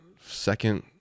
second